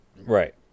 Right